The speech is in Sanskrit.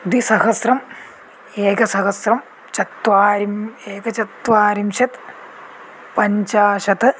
द्विसहस्रम् एकसहस्रं चत्वारि एकचत्वारिंशत् पञ्चाशत्